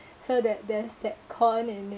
so that there's that con and then